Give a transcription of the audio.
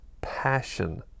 passion